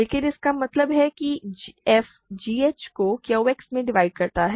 लेकिन इसका मतलब है कि f gh को Q X में डिवाइड करता है